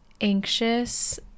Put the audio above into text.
anxious